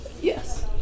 yes